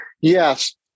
Yes